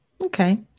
Okay